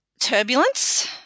turbulence